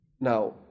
Now